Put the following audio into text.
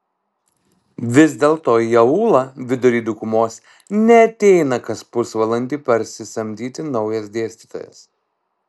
vis dėlto į aūlą vidury dykumos neateina kas pusvalandį parsisamdyti naujas dėstytojas